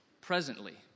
presently